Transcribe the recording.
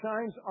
shines